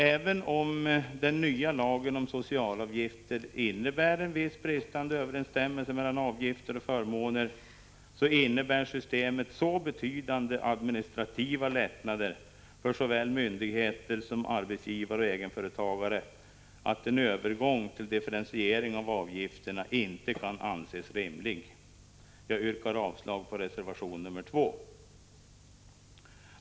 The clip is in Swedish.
Även om den nya lagen om socialavgifter innebär en viss bristande överensstämmelse mellan avgifter och förmåner, innebär systemet så betydande administrativa lättnader för såväl myndigheter som arbetsgivare och egenföretagare, att en övergång till differentiering av avgifterna inte kan anses rimlig. 129 Jag yrkar avslag på reservation 2.